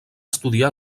estudiar